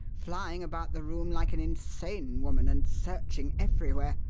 flying about the room like an insane woman and searching everywhere.